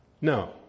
No